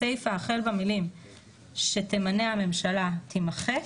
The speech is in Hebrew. הסיפה החל במילים "שתמנה הממשלה" תימחק".